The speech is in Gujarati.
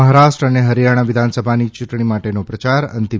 મહારાષ્ટ્ર અને હરીયાણા વિધાનસભાની ચૂંટણી માટેનો પ્રચાર અંતિમ